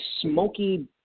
smoky